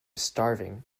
starving